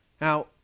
Now